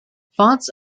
fonts